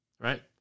Right